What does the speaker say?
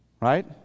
Right